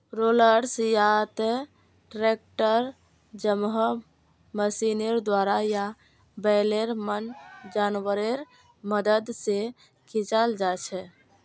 rollers या त tractor जैमहँ मशीनेर द्वारा या बैलेर मन जानवरेर मदद से खींचाल जाछे